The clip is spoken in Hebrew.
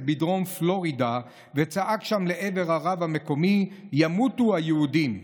בדרום פלורידה וצעק שם לעבר הרב המקומי: ימותו היהודים.